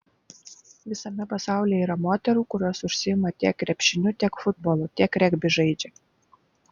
visame pasaulyje yra moterų kurios užsiima tiek krepšiniu tiek futbolu tiek regbį žaidžia